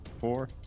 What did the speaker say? four